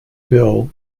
bill